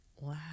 Wow